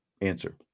answer